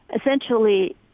essentially